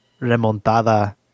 remontada